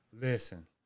Listen